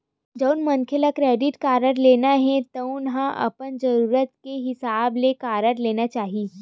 जउन मनखे ल क्रेडिट कारड लेना हे तउन ल अपन जरूरत के हिसाब ले कारड लेना चाही